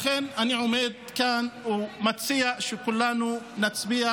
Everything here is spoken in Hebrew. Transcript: לכן אני עומד כאן ומציע שכולנו נצביע